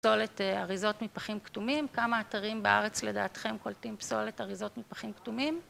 פסולת אריזות מפחים כתומים, כמה אתרים בארץ לדעתכם קולטים פסולת אריזות מפחים כתומים?